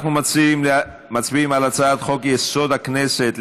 אנחנו מצביעים על הצעת חוק-יסוד: הכנסת,